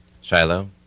Shiloh